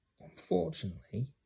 unfortunately